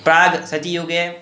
प्राग् सति युगे